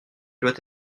doit